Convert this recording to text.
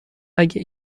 اگه